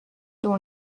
dont